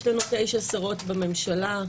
יש לנו תשע שרות בממשלה,